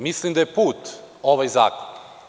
Mislim da je put ovaj zakon.